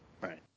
Right